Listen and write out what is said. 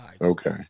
Okay